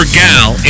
gal